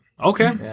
Okay